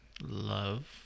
love